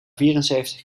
vierenzeventig